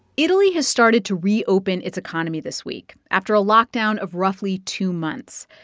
italy has started to reopen its economy this week after a lockdown of roughly two months.